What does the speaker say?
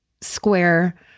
square